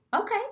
okay